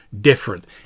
different